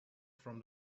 from